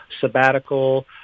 sabbatical